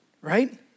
Right